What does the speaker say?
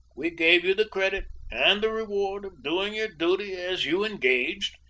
we gave you the credit and the reward of doing your duty as you engaged,